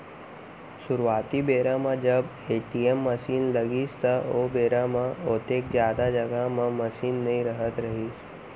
सुरूवाती बेरा म जब ए.टी.एम मसीन लगिस त ओ बेरा म ओतेक जादा जघा म मसीन नइ रहत रहिस